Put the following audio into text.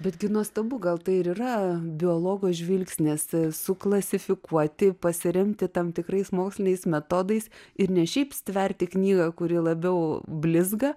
betgi nuostabu gal tai ir yra biologo žvilgsnis suklasifikuoti pasiremti tam tikrais moksliniais metodais ir ne šiaip stverti knygą kuri labiau blizga